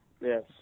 yes